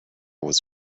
was